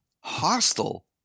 Hostile